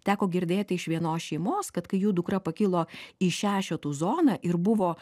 teko girdėti iš vienos šeimos kad kai jų dukra pakilo į šešetų zoną ir buvo